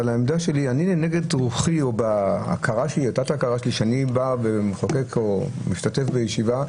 אבל בהכרה שלי כשאני משתתף בישיבה,